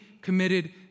committed